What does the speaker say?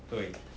对